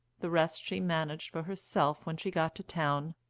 the rest she managed for herself when she got to town.